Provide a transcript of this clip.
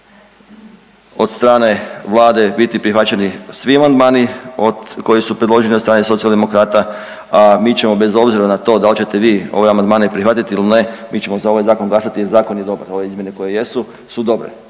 od strane Vlade biti prihvaćeni svi amandmani koji su predloženi od strane socijaldemokrata, a mi ćemo bez obzira na to da li ćete vi ove amandmane prihvatiti ili ne, mi ćemo za ovaj zakon glasati, jer zakon je dobar. Ove izmjene koje jesu su dobre,